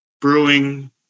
brewing